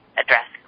address